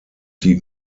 die